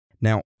Now